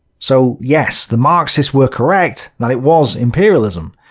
so yes, the marxists were correct that it was imperialism,